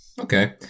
Okay